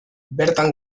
bertan